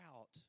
out